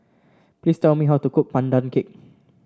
please tell me how to cook Pandan Cake